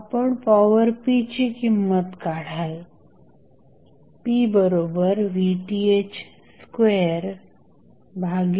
आपण power p ची किंमत काढाल